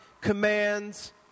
commands